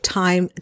time